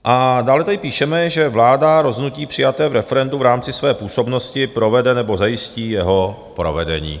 A dále tady píšeme, že vláda rozhodnutí přijaté v referendu v rámci své působnosti provede, nebo zajistí jeho provedení.